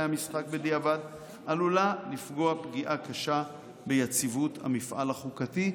המשחק' בדיעבד עלולה לפגוע פגיעה קשה ביציבות המפעל החוקתי,